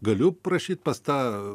galiu prašyt pas tą